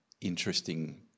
interesting